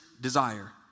desire